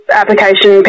application